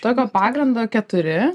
tokio pagrindo keturi